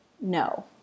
No